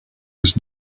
was